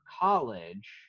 college